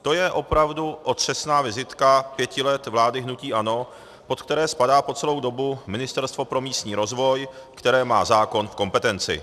To je opravdu otřesná vizitka pěti let vlády hnutí ANO, pod které spadá po celou dobu Ministerstvo pro místní rozvoj, které má zákon v kompetenci.